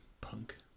punk